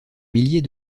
millier